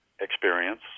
experience